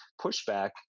pushback –